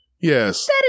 Yes